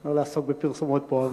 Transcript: לא לעסוק בפרסומות פה.